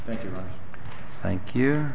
thank you thank you